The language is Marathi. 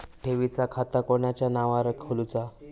ठेवीचा खाता कोणाच्या नावार खोलूचा?